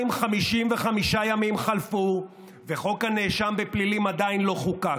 255 ימים חלפו, וחוק הנאשם בפלילים עדיין לא חוקק.